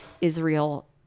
Israel